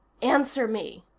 answer me,